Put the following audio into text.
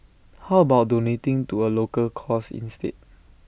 how about donating to A local cause instead